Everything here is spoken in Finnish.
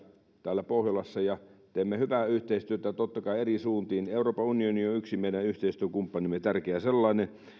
täällä pohjolassa ja teemme hyvää yhteistyötä totta kai eri suuntiin euroopan unioni on yksi meidän yhteistyökumppanimme tärkeä sellainen